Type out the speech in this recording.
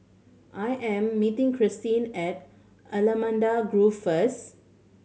I am meeting Kristin at Allamanda Grove first